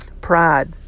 pride